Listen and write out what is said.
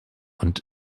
und